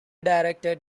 directed